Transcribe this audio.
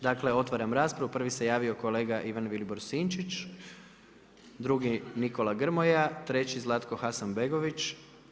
Dakle, otvaram raspravu, prvi se javio kolega Ivan Vilibor Sinčić, drugi, Nikola Grmoja, treći Zlatko Hasanbegović.